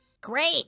Great